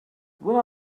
will